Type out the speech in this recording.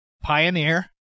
pioneer